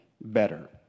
better